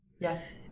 Yes